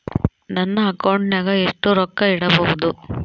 ನನ್ನ ಅಕೌಂಟಿನಾಗ ಎಷ್ಟು ರೊಕ್ಕ ಇಡಬಹುದು?